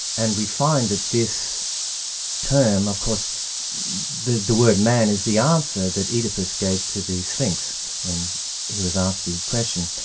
and we find that this term, of course the the word man is the answer that oedipus gave to the sphinx when he was asked the question,